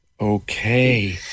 Okay